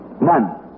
None